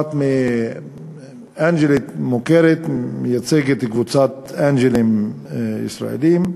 אנג'לית מוכרת, מייצגת קבוצת אנג'לים ישראלים.